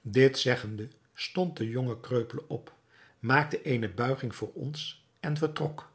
dit zeggende stond de jonge kreupele op maakte eene buiging voor ons en vertrok